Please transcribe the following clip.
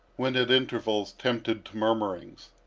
when at intervals tempted to murmurings.